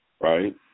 right